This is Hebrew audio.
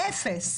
אפס.